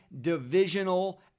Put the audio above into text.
Divisional